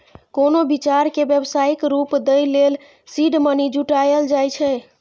कोनो विचार कें व्यावसायिक रूप दै लेल सीड मनी जुटायल जाए छै